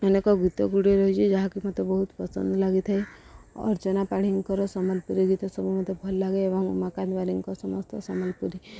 ଅନେକ ଗୀତ ଗୁଡ଼ିଏ ରହିଛି ଯାହାକି ମୋତେ ବହୁତ ପସନ୍ଦ ଲାଗିଥାଏ ଅର୍ଚ୍ଚନା ପାଢ଼ୀଙ୍କର ସମ୍ବଲପୁରୀ ଗୀତ ସବୁ ମୋତେ ଭଲ ଲାଗେ ଏବଂ ଉମାକାନ୍ତ ବାରିଙ୍କ ସମସ୍ତ ସମ୍ବଲପୁରୀ